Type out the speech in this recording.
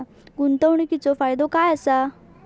गुंतवणीचो फायदो काय असा?